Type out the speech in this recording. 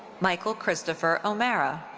michael christoper o'mara.